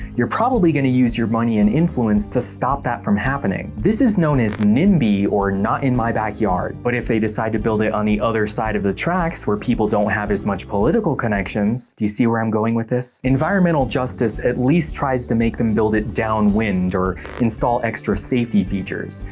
you're probably going to use your money and influence to stop that from happening. this is known as nimby or not in my backyard. but if they decide to build it on the other side of the tracks, where people don't have as much political connections, do you see where i'm going with this? environmental justice at least tries to make them build it downwind or install extra safety features,